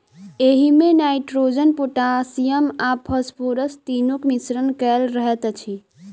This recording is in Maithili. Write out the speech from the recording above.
एहिमे नाइट्रोजन, पोटासियम आ फास्फोरस तीनूक मिश्रण कएल रहैत अछि